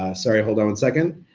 ah sorry, hold on one second.